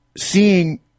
seeing